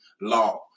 law